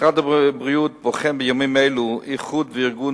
משרד הבריאות בוחן בימים אלה איחוד וארגון